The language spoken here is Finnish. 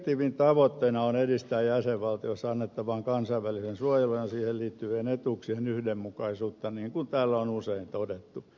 direktiivin tavoitteena on edistää jäsenvaltioissa annettavan kansainvälisen suojelun ja siihen liittyvien etuuksien yhdenmukaisuutta niin kuin täällä on usein todettu